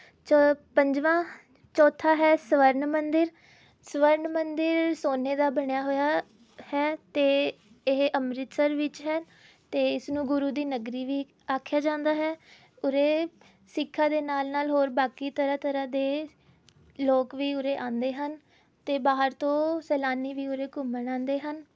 ਚ ਪੰਜਵਾਂ ਚੌਥਾ ਹੈ ਸਵਰਨ ਮੰਦਰ ਸਵਰਨ ਮੰਦਰ ਸੋਨੇ ਦਾ ਬਣਿਆ ਹੋਇਆ ਹੈ ਅਤੇ ਇਹ ਅੰਮ੍ਰਿਤਸਰ ਵਿੱਚ ਹੈ ਅਤੇ ਇਸ ਨੂੰ ਗੁਰੂ ਦੀ ਨਗਰੀ ਵੀ ਆਖਿਆ ਜਾਂਦਾ ਹੈ ਉਰੇ ਸਿੱਖਾਂ ਦੇ ਨਾਲ ਨਾਲ ਹੋਰ ਬਾਕੀ ਤਰ੍ਹਾਂ ਤਰ੍ਹਾਂ ਦੇ ਲੋਕ ਵੀ ਉਰੇ ਆਉਂਦੇ ਹਨ ਅਤੇ ਬਾਹਰ ਤੋਂ ਸੈਲਾਨੀ ਵੀ ਉਰੇ ਘੁੰਮਣ ਆਉਂਦੇ ਹਨ